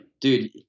Dude